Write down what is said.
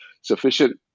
sufficient